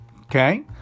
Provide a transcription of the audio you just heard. okay